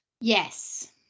Yes